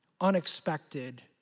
unexpected